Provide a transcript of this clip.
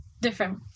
different